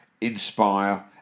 inspire